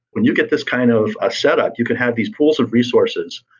when you get this kind of ah setup, you could have these pools of resources.